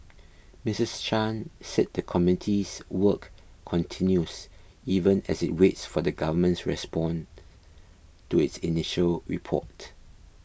Missus Chan said the committee's work continues even as it waits for the Government's respond to its initial report